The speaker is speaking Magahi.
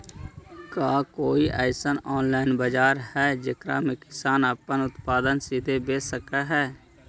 का कोई अइसन ऑनलाइन बाजार हई जेकरा में किसान अपन उत्पादन सीधे बेच सक हई?